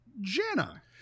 Jenna